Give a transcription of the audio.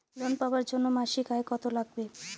Loan পাবার জন্যে মাসিক আয় কতো লাগবে?